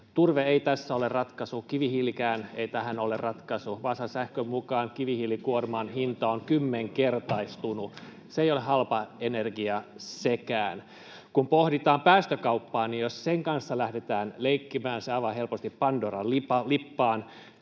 Turve ei tässä ole ratkaisu, kivihiilikään ei tähän ole ratkaisu. Vaasan sähkön mukaan kivihiilikuorman hinta on kymmenkertaistunut. Ei ole halpa energia sekään. Kun pohditaan päästökauppaa, niin jos sen kanssa lähdetään leikkimään, se avaa helposti pandoran lippaan.